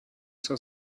zur